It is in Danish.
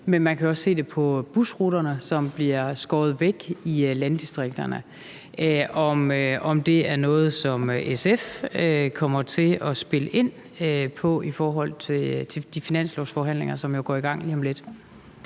men også når man ser på busruterne, som bliver skåret væk i landdistrikterne. Er det noget, som SF kommer til at spille ind i forhold til de finanslovsforhandlinger, som jo går i gang lige om lidt?